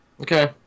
Okay